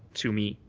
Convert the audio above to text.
to me.